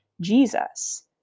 Jesus